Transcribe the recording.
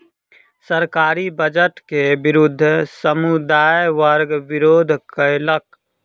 सरकारी बजट के विरुद्ध समुदाय वर्ग विरोध केलक